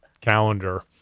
calendar